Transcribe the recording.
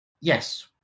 yes